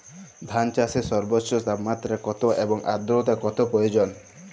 ধান চাষে সর্বোচ্চ তাপমাত্রা কত এবং আর্দ্রতা কত প্রয়োজন?